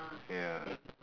ya